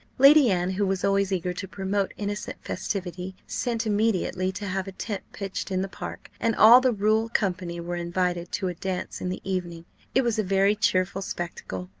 lady anne, who was always eager to promote innocent festivity, sent immediately to have a tent pitched in the park and all the rural company were invited to a dance in the evening it was a very cheerful spectacle.